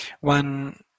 One